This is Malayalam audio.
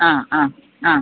ആ ആ ആ